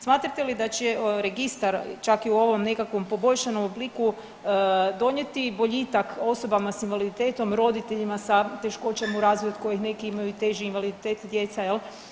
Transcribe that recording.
Smatrate li da će registar čak i u ovom nekakvom poboljšanom obliku donijeti boljitak osobama s invaliditetom, roditeljima sa teškoćama u razvoju od kojih neki imaju i teži invaliditet, djeca jel.